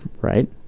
Right